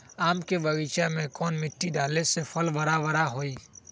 आम के बगीचा में कौन मिट्टी डाले से फल बारा बारा होई?